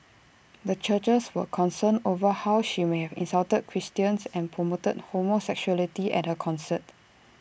the churches were concerned over how she may have insulted Christians and promoted homosexuality at her concert